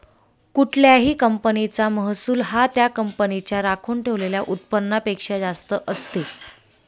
कुठल्याही कंपनीचा महसूल हा त्या कंपनीच्या राखून ठेवलेल्या उत्पन्नापेक्षा जास्त असते